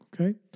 okay